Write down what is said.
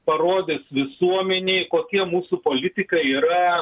parodis visuomenei kokie mūsų politikai yra